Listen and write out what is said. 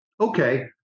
Okay